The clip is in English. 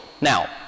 Now